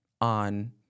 on